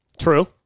True